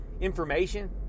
information